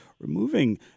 removing